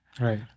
right